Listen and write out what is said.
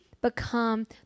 become